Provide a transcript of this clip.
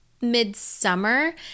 mid-summer